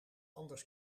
anders